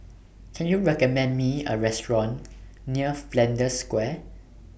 Can YOU recommend Me A Restaurant near Flanders Square